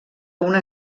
una